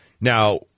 Now